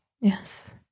Yes